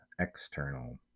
external